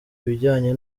ibijyanye